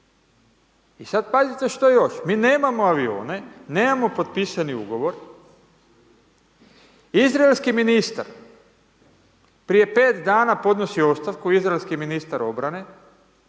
I sad pazite što još, mi nemamo avione, nemamo potpisani ugovor, izraelski ministar prije 5 dana podnosi ostavku, izraelski ministar obrane,